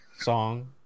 song